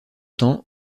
temps